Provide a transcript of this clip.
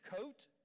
coat